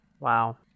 Wow